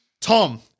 Tom